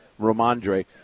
Romandre